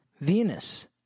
venus